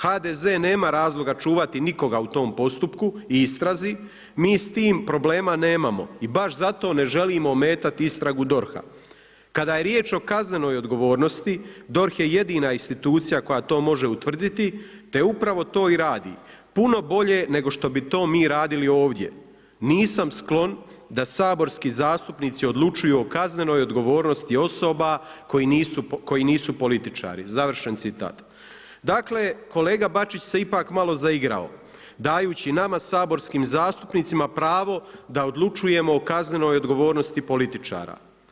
HDZ nema razloga čuvati nikoga u tom postupku i istrazi, mi s tim problema nemamo i baš zato ne želimo ometati istragu DORH-a. kada je riječ o kaznenoj odgovornosti DORH je jedina institucija koja to može utvrditi te upravo to i radi, puno bolje nego što bi to mi radili ovdje, nisam sklon da saborski zastupnici odlučuju o kaznenoj odgovornosti osoba koji nisu političari.“ Dakle, kolega Bačić se ipak malo zaigrao dajući nama, Saborskim zastupnicima, pravo da odlučujemo o kaznenoj odgovornosti političarima.